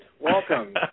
Welcome